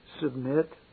submit